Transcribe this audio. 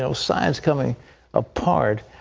so signs coming apart.